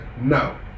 no